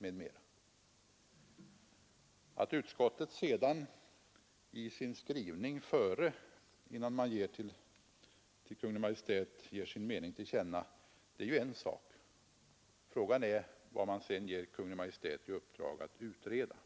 m.m. Vad utskottet skriver innan det ger Kungl. Maj:t sin mening till känna är ju en sak för sig. Frågan är vad man sedan ger Kungl. Maj:t i uppdrag att utreda.